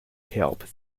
help